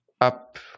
up